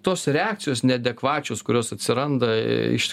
tos reakcijos neadekvačios kurios atsiranda iš